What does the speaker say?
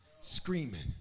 screaming